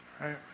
Right